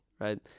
right